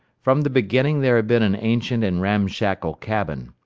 from the beginning there had been an ancient and ramshackle cabin.